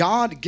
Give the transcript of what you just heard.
God